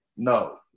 No